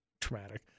traumatic